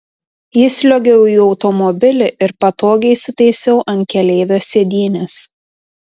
įsliuogiau į automobilį ir patogiai įsitaisiau ant keleivio sėdynės